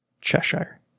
Cheshire